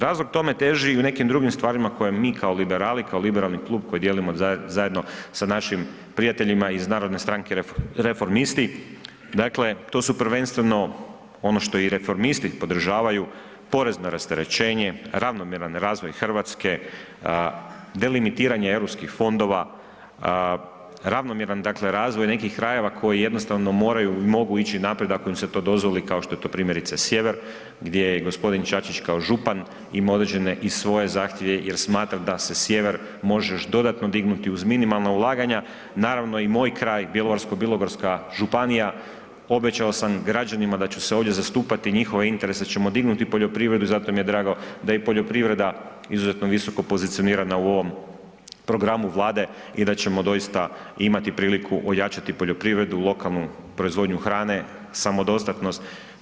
Razlog tome teži i u nekim drugim stvarima koje mi kao liberali, kao liberalni klub koji dijelimo zajedno sa našim prijateljima iz Narodne stranke – reformisti, dakle to su prvenstveno ono što i reformisti podržavaju porezno rasterećenje, ravnomjeran razvoj Hrvatske, delimitiranje Europskih fondova, ravnomjeran dakle razvoj nekih krajeva koji jednostavno moraju i mogu ići naprijed ako im se to dozvoli kao što je to primjerice sjever, gdje i gospodin Čačić kao župan ima određene i svoje zahtjeve jer smatra da se sjever može još dodatno dignuti uz minimalna ulaganja, naravno i moj kraj Bjelovarsko-bilogorska županija obećao sam građanima da ću se ovdje zastupati njihove interese da ćemo dignuti poljoprivredu i zato mi je drago da je i poljoprivreda izuzetno visoko pozicionirana u ovom programu vlade i da ćemo doista imati priliku ojačati poljoprivredu, lokalnu proizvodnju hrane, samodostatnost.